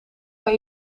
kan